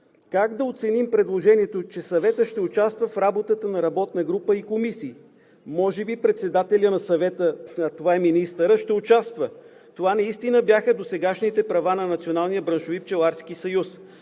Как да оценим предложението, че Съветът ще участва в работата на работната група и комисиите? Може би председателят на Съвета, който е министърът, ще участва. Това наистина бяха досегашните права на